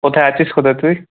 কোথায় আছিস কোথায় তুই